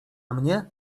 mnie